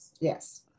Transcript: Yes